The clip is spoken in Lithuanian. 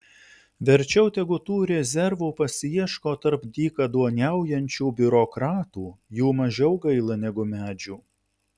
verčiau tegu tų rezervų pasiieško tarp dykaduoniaujančių biurokratų jų mažiau gaila negu medžių